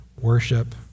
worship